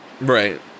Right